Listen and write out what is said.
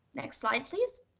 next slide, please.